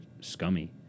scummy